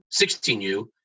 16U